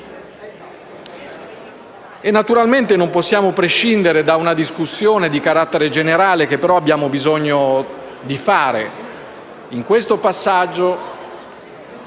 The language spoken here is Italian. Naturalmente però non possiamo prescindere da una discussione di carattere generale, che abbiamo bisogno di fare